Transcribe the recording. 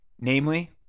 namely